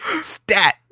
Stat